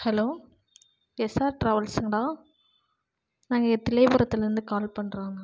hello S R ட்ராவல்ஸ்ஸுங்களா நாங்கள் தில்லையபுரத்துலிருந்து கால் பண்ணுறோம்ங்க